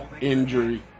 injury